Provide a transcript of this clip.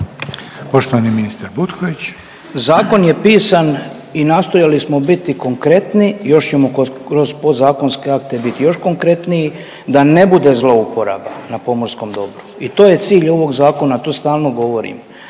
**Butković, Oleg (HDZ)** Zakon je pisan i nastojali smo biti konkretni, još ćemo kroz podzakonske akte biti još konkretniji, da ne bude zlouporaba na pomorskom dobru i to je cilj ovog zakona, to stalno govorim,